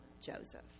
Joseph